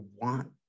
want